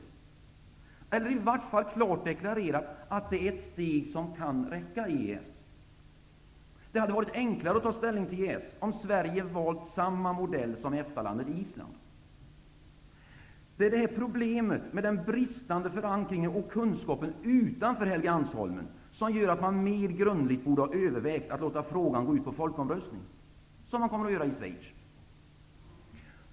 De borde i åtminstone klart deklarera att det är ett steg som kan räcka i EES. Det hade varit enklare att ta ställning till EES om Sverige valt samma modell som EFTA-landet Island. Det är problemen med den bristande förankringen och den bristande kunskapen utanför Helgeandsholmen som gör att man mer grundligt borde ha övervägt att låta frågan gå till folkomröstning. Det kommer de att göra i Schweiz.